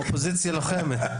אופוזיציה לוחמת.